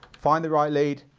find the right lead